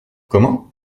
comment